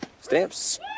Stamps